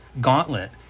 gauntlet